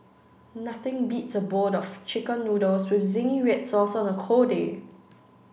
nothing beats a bowl of chicken noodles with zingy red sauce on a cold day